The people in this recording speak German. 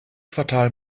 quartal